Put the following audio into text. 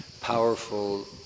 powerful